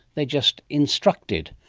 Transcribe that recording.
they just instructed.